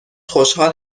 خوشحال